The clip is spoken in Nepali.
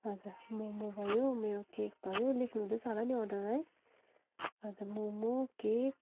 हजुर मोमो भयो मेरो केक भयो लेख्नु हुँदैछ होला नि अर्डर है हजुर मोमो केक